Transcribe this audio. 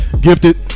Gifted